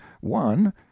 one